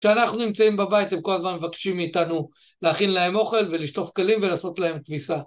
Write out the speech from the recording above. כשאנחנו נמצאים בבית הם כל הזמן מבקשים מאיתנו להכין להם אוכל ולשטוף כלים ולעשות להם כביסה.